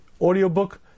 audiobook